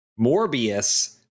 morbius